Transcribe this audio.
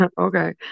Okay